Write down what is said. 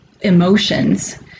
emotions